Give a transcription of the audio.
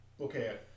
okay